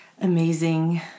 amazing